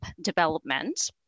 development